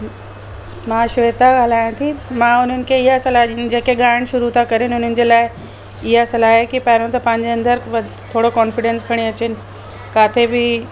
मां श्वेता ॻाल्हायां थी मां उन्हनि खे ईअं सलाह ॾींदी जेके ॻाइणु शुरू था करनि उन्हनि जे लाइ ईअं सलाह आहे की पहिरियों त पंहिंजे अंदरि थोरो कॉन्फिडेंस खणी अचनि काथे बि